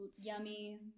yummy